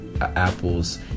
apples